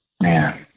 Man